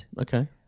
okay